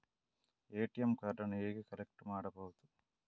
ATM ಕಾರ್ಡನ್ನು ಹೇಗೆ collect ಮಾಡುವುದು?